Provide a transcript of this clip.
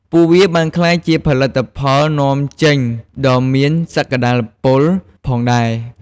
ពួកវាបានក្លាយជាផលិតផលនាំចេញដ៏មានសក្តានុពលផងដែរ។